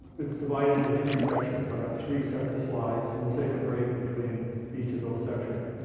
it's divided into three sections, so i've got three sets of slides, and we'll take a break between each of those sections.